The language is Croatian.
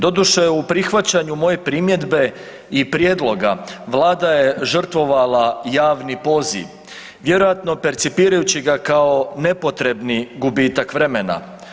Doduše, u prihvaćanju moje primjedbe i prijedloga vlada je žrtvovala javni poziv vjerojatno percipirajući ga kao nepotrebni gubitak vremena.